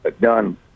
done